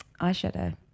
eyeshadow